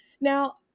now